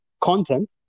content